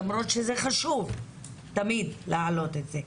למרות שתמיד חשוב להעלות את זה.